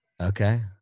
Okay